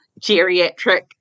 geriatric